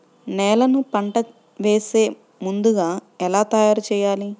నేలను పంట వేసే ముందుగా ఎలా తయారుచేయాలి?